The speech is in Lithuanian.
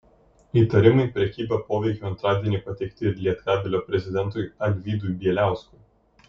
įtarimai prekyba poveikiu antradienį pateikti ir lietkabelio prezidentui alvydui bieliauskui